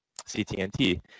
CTNT